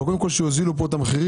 אבל קודם כל שיוזילו פה את המחירים.